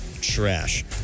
trash